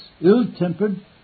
ill-tempered